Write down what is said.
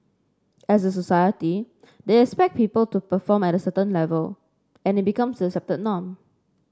as a society they expect people to perform at a certain level and it becomes the accepted norm